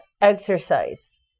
Exercise